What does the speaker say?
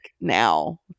now